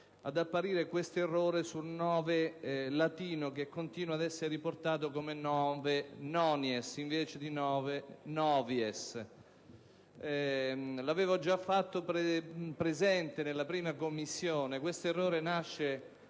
ad apparire questo errore sul nove latino, che continua ad essere riportato come 9-*nonies* essere invece che 9-*novies*. L'avevo già fatto presente in 1a Commissione: questo errore nasce